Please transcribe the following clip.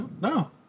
No